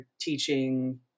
teaching